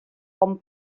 con